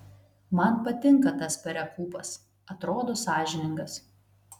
man patinka tas perekūpas atrodo sąžiningas